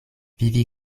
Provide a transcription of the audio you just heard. vivi